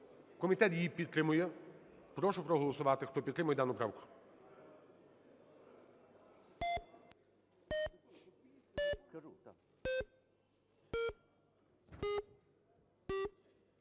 Комітет її підтримує. Прошу проголосувати, хто підтримує дану правку.